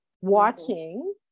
watching